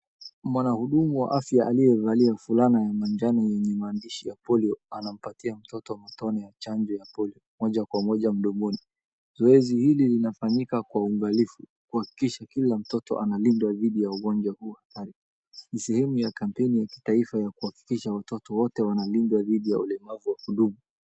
Mwanahudumu wa afya aliyevalia fulana ya manjano yenye maandiishi ya Polio, anampatia mtoto matone ya chanjo ya polio, moja kwa moja mdomoni. Zoezi hili linafanyika kwa uangalifu, kuhakikisha kila mtoto analindwa dhidi ya ugonjwa huo hatari. Ni sehemu ya kampeini ya kitaifa ya kuhakikisha watoto wote wanalindwa dhidi ya ulemavu wa kudumu.